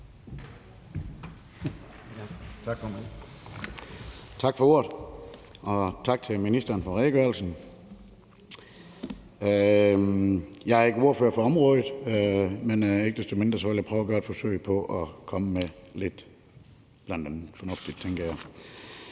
Tak for ordet. Og tak til ministeren for redegørelsen. Jeg er ikke ordfører på området, men ikke desto mindre vil jeg gøre et forsøg på at komme med lidt fornuftigt her.